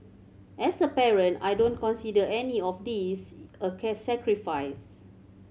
as a parent I don't consider any of this a sacrifice